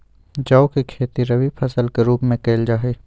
जौ के खेती रवि फसल के रूप में कइल जा हई